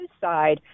side